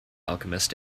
alchemist